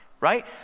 right